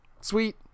sweet